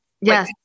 Yes